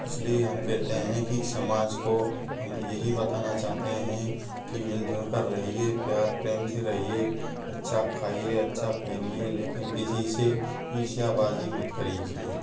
इस लिए हम कहते हैं कि समाज को हम यही बताना चाहते हैं कि मिल जुल कर रहिए प्यार प्रेम से रहिए अच्छा खाइए अच्छा पहनिए लेकिन किसी से इर्षाबाज़ी मत करिए